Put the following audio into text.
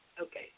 okay